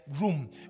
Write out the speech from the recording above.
room